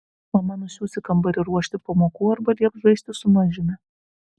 mama nusiųs į kambarį ruošti pamokų arba lieps žaisti su mažiumi